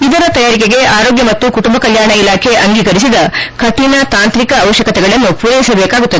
ಇದರ ತಯಾರಿಕೆಗೆ ಆರೋಗ್ಯ ಮತ್ತು ಕುಟುಂಬ ಕಲ್ಕಾಣ ಇಲಾಖೆ ಅಂಗೀಕರಿಸಿದ ಕಠಿಣ ತಾಂತ್ರಿಕ ಅವಶ್ಯಕತೆಗಳನ್ನು ಮೂರೈಸಬೇಕಾಗುತ್ತದೆ